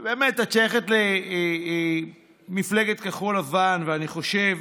באמת, את שייכת למפלגת כחול לבן, ואני חושב